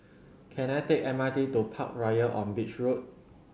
can I take M R T to Parkroyal on Beach Road